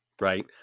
Right